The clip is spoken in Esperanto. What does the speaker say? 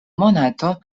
monato